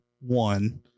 one